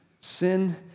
sin